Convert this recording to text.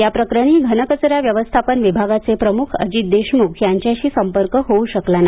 या प्रकरणी घनकचरा व्यवस्थापन विभागाचे प्रमुख अजित देशमुख यांच्याशी संपर्क होऊ शकला नाही